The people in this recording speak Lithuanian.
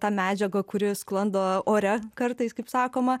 tą medžiagą kuri sklando ore kartais kaip sakoma